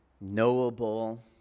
knowable